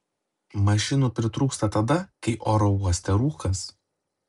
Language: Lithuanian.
mašinų pritrūksta tada kai oro uoste rūkas